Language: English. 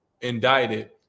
indicted